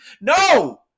No